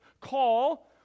call